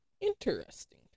Interesting